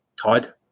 Todd